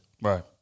Right